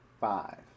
five